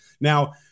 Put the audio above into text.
Now